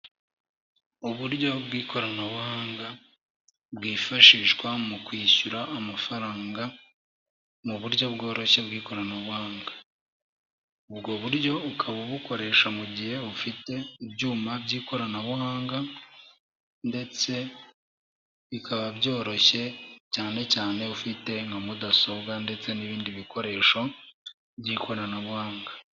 Uburyo bw'ikoranabuhanga, bwifashishwa mu kwishyura amafaranga, ni uburyo bworoshye bw'ikoranabuhanga. Ubwo buryo ukaba ubukoresha mu gihe ufite ibyuma by'ikoranabuhanga ndetse bikaba byoroshye cyane cyane ufite nka mudasobwa ndetse n'ibindi bikoresho by'ikoranabuhanga.